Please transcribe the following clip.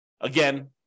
Again